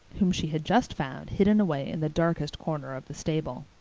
whom she had just found hidden away in the darkest corner of the stable.